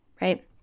right